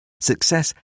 Success